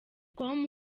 com